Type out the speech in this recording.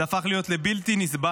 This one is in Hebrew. זה הפך להיות לבתי נסבל,